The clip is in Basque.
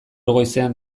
goizean